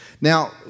Now